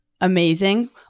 Amazing